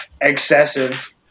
excessive